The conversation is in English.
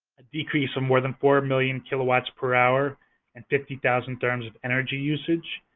a decrease of more than four million kilowatts per hour and fifty thousand therms of energy usage,